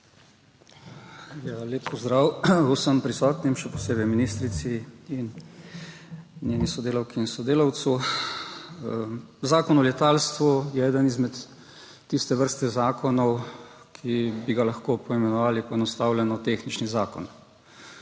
Lep pozdrav vsem prisotnim, še posebej ministrici in njeni sodelavki in sodelavcu! Zakon o letalstvu je eden izmed tiste vrste zakonov, ki bi ga lahko poenostavljeno poimenovali tehnični zakon.